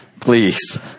Please